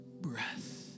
breath